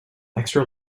extra